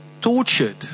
tortured